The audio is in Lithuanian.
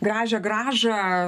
gražią grąžą